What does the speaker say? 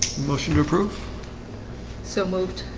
motion to approve so moved